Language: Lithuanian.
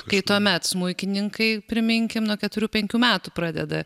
kai tuomet smuikininkai priminkim nuo keturių penkių metų pradeda